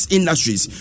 Industries